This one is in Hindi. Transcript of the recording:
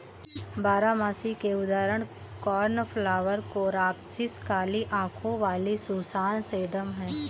बारहमासी के उदाहरण कोर्नफ्लॉवर, कोरॉप्सिस, काली आंखों वाली सुसान, सेडम हैं